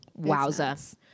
Wowza